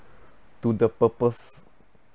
to the purpose